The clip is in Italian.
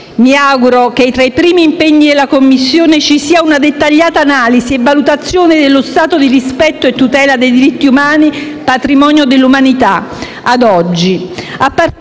Mi auguro che, tra i primi impegni della Commissione, ci sia una dettagliata analisi e valutazione dello stato di rispetto e tutela dei diritti umani, patrimonio dell'umanità, ad oggi,